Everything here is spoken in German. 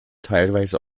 teilweise